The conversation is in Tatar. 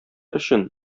өчен